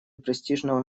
престижного